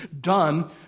done